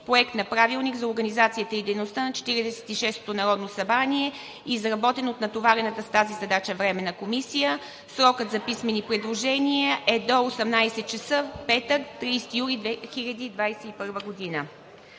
Проект на правилник за организацията и дейността на Четиридесет и шестото народно събрание, изработен от натоварената с тази задача Временна комисия. Срокът за писмени предложения е до 18,00 ч., петък, 30 юли 2021 г.